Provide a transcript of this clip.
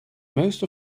most